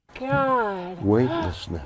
Weightlessness